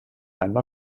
einmal